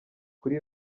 kuri